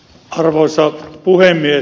arvoisa puhemies